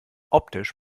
optisch